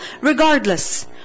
Regardless